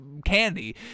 Candy